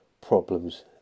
problems